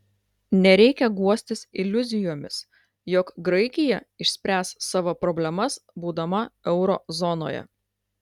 nereikia guostis iliuzijomis jog graikija išspręs savo problemas būdama euro zonoje